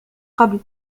قبل